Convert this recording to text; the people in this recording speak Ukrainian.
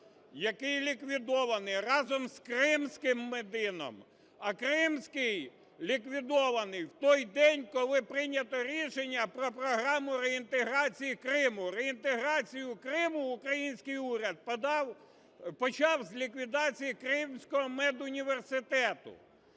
який ліквідований разом з кримським медіном, а кримський ліквідований в той день, коли прийнято рішення про програму реінтеграції Криму. Реінтеграцію Криму український уряд почав з ліквідації Кримського медуніверситету.